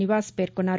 నివాస్ పేర్కొన్నారు